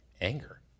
anger